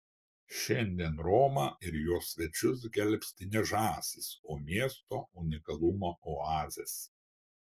šiandien romą ir jos svečius gelbsti ne žąsys o miesto unikalumo oazės